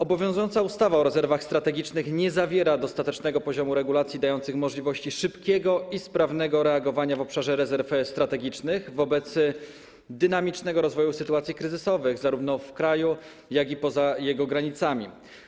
Obowiązująca ustawa o rezerwach strategicznych nie zawiera dostatecznego poziomu regulacji dających możliwości szybkiego i sprawnego reagowania w obszarze rezerw strategicznych wobec dynamicznego rozwoju sytuacji kryzysowych zarówno w kraju, jak i poza jego granicami.